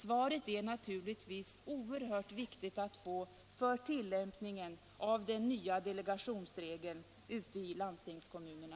Svaret är naturligtvis oerhört viktigt för tillämpningen av den nya delegationsregeln ute i landstingskommunerna.